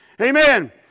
Amen